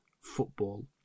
football